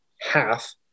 half